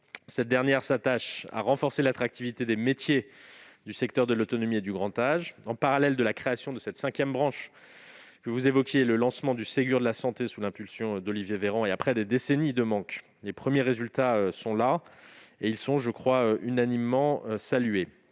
cette dernière s'attache à renforcer l'attractivité des métiers du secteur de l'autonomie et du grand âge. Parallèlement à la création de cette cinquième branche, que vous évoquiez, et au lancement du Ségur de la santé, sous l'impulsion d'Olivier Véran et après des décennies de manques, les premiers résultats sont là, unanimement salués,